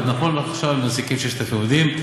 אבל נכון לעכשיו הם מעסיקים 6,000 עובדים.